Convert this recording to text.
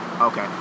Okay